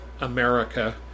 America